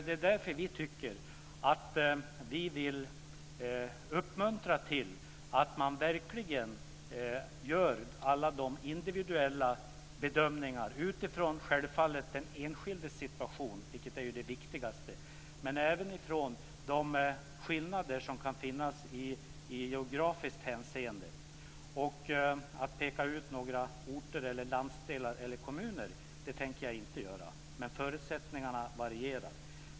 Det är därför vi vill uppmuntra till att man verkligen gör individuella bedömningar - självfallet utifrån den enskildes situation, vilket ju är det viktigaste, men även utifrån de skillnader som kan finnas i geografiskt hänseende. Peka ut några orter, landsdelar eller kommuner tänker jag inte göra, men förutsättningarna varierar.